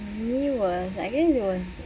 me was like I guess it was